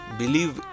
believe